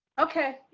okay.